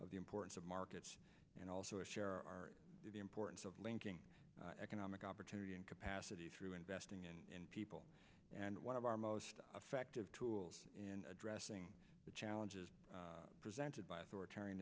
of the importance of markets and also share our the importance of linking economic opportunity and capacity through investing in people and one of our most effective tools in addressing the challenges presented by authoritarian